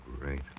great